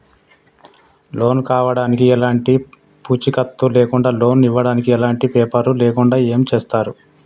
Loan కావడానికి ఎలాంటి పూచీకత్తు లేకుండా లోన్ ఇవ్వడానికి ఎలాంటి పేపర్లు లేకుండా ఏం చేస్తారు?